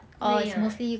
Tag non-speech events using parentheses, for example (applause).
(noise)